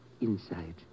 Inside